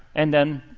and then,